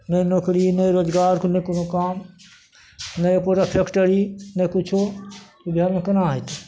नहि नोकरी नहि रोजगार नहि कोनो कोनो काम नै एकोटा फैक्टरी नै कुछो तऽ बिहार मे केना हेतै